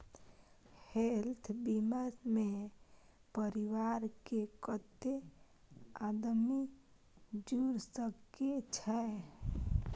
Health बीमा मे परिवार के कत्ते आदमी जुर सके छै?